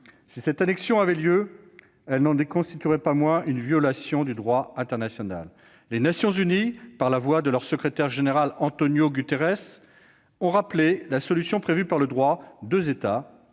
Si cette annexion avait lieu, elle n'en constituerait pas moins une violation du droit international. Les Nations unies, par la voix de leur secrétaire général António Guterres, ont rappelé la solution prévue par le droit :« Deux États,